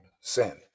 sin